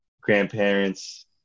grandparents